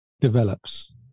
develops